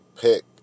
pick